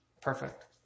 Perfect